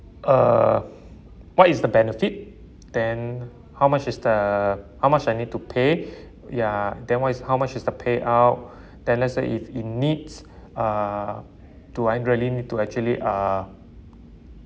uh what is the benefit then how much is the how much I need to pay ya then one is how much is the payout then lets's say if it needs uh do I really need to actually uh